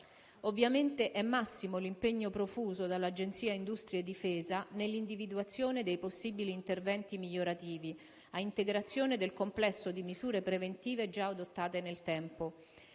Ovviamente, è massimo l'impegno profuso dall'Agenzia industrie difesa nell'individuazione dei possibili interventi migliorativi a integrazione del complesso di misure preventive già adottate nel tempo,